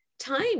time